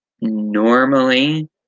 normally